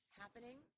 happening